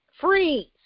freeze